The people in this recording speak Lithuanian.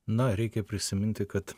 na reikia prisiminti kad